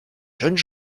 jeunes